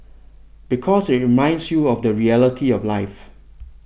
because it reminds you of the reality of life